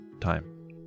time